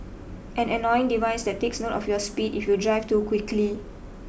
an annoying device that takes note of your speed if you drive too quickly